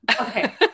Okay